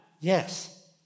Yes